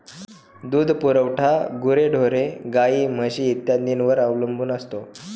दूध पुरवठा गुरेढोरे, गाई, म्हशी इत्यादींवर अवलंबून असतो